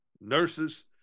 nurses